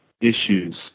issues